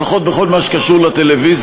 לפחות בכל מה שקשור לטלוויזיה,